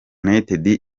united